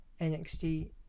NXT